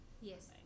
yes